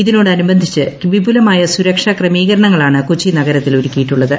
ഇതിനോട് അനുബന്ധിച്ച് വിപുലമായ സുരക്ഷാ ക്രമീകരണങ്ങളാണ് കൊച്ചി നഗരത്തിൽ ഒരുക്കിയിട്ടുള്ളത്